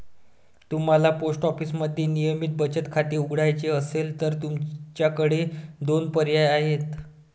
तुम्हाला पोस्ट ऑफिसमध्ये नियमित बचत खाते उघडायचे असेल तर तुमच्याकडे दोन पर्याय आहेत